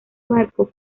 barco